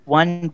one